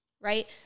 right